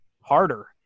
harder